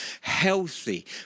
healthy